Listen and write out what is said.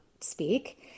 speak